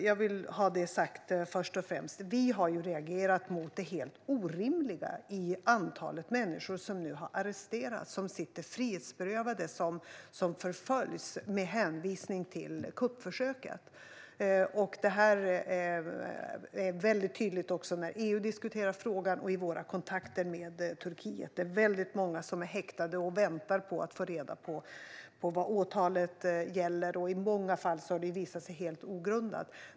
Jag vill först och främst ha det sagt. Vi har ju reagerat mot det helt orimliga i antalet människor som nu har arresterats, sitter frihetsberövade eller förföljs med hänvisning till kuppförsöket. Det här är tydligt även när EU diskuterar frågan och i våra kontakter med Turkiet. Det är många som är häktade och väntar på att få reda på vad åtalet gäller. I många fall har det visat sig helt ogrundat.